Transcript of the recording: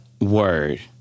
word